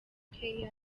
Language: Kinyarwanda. care